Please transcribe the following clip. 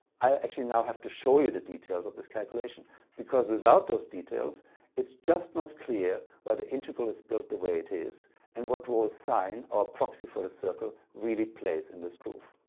i actually now have to show you the details of this calculation because without those details it's just not clear why the integral is built the way it is and what role sine our proxy for the ah circle really plays in this proof.